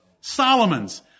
Solomon's